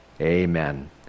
Amen